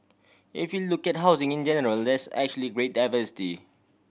if you look at housing in general there's actually great diversity